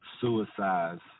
Suicides